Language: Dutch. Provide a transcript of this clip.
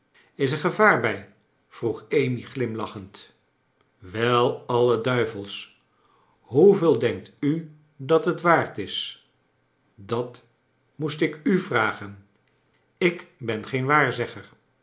is er gevaar bij vroeg amy glimlachend wel alle duivels i hoeveel denkt u dat het waard is dat moest ik u vragen ik ben